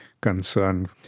concern